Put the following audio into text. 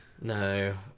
no